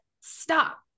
stop